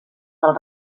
del